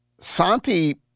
Santi